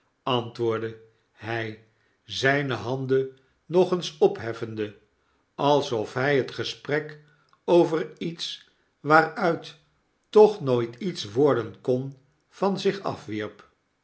antwoordde hij zijne nanden nog eens opheffende alsof hij het gesprek over iets waaruit toch nooit iets worden kon van zich afwierp